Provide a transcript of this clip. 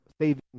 saving